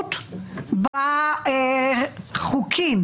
סבירות בחוקים.